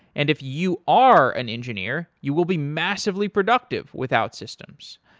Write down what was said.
and if you are an engineer, you will be massively productive with outsystems.